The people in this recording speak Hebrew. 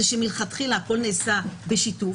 שמלכתחילה נעשה בשיתוף.